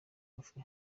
cafe